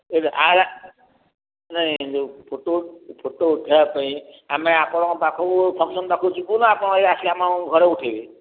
ଏ ନାଇ photo photo ଉଠେଇବା ପାଇଁ ଆମେ ଆପଣଙ୍କ ପାଖକୁ ଫଙ୍କସନ ପାଖକୁ ଯିବୁ ନା ଆପଣ ଏଠି ଆସି ଆମ ଘରେ ଉଠେଇବେ